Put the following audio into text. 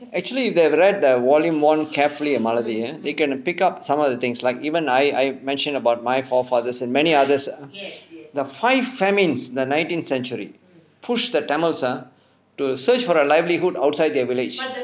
actually they've read the volume one carefuly melody ah they can pick up some of the things like even I I mentioned about my forefathers and many others the five famines in the nineteenth century pushed the tamils ah to search for their livelihood outside their village